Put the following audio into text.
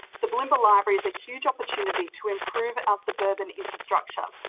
the bulimba library is a huge opportunity to improve our suburban infrastructure.